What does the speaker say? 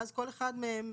ואז כל אחד מהם,